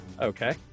okay